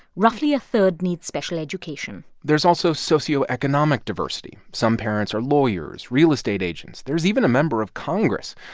roughly a third need special education there's also socioeconomic diversity. some parents are lawyers, real estate agents. there's even a member of congress.